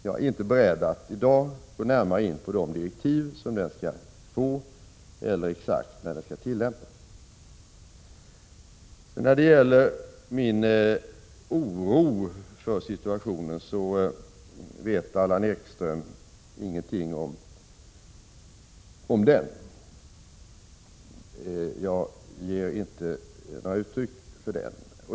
Jag är inte beredd att i dag gå närmare in på de direktiv som den skall få eller exakt när den skall tillsättas. Allan Ekström vet ingenting om min oro för situationen. Jag ger inte uttryck för den.